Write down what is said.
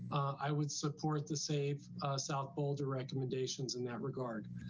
i would support the safe south boulder recommendations in that regard.